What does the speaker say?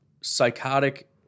psychotic